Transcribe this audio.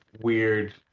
weird